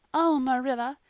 oh, marilla,